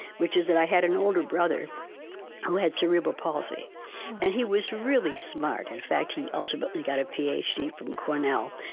which is that i had an older brother who had cerebral palsy and he was really smart, in fact he ultimately got a ph d. from cornell.